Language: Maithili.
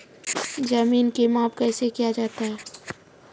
जमीन की माप कैसे किया जाता हैं?